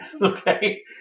okay